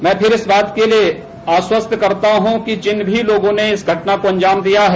मैं फिर इस बात के लिये आश्वस्त करता हूं कि जिन भी लोगों ने इस घटना को अंजाम दिया है